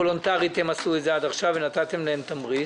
שוולונטרית הם עשו את זה עד עכשיו ונתתם להם תמריץ?